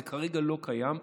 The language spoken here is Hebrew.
זה כרגע לא קיים,